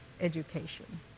education